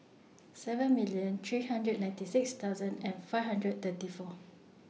seven million three hundred ninety six thousand and five hundred thirty four